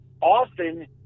often